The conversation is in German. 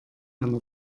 einer